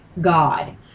god